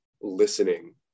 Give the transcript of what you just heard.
listening